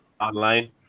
Online